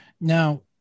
Now